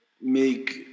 make